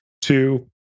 two